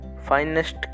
finest